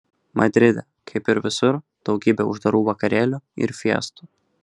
madride kaip ir visur daugybė uždarų vakarėlių ir fiestų